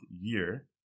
year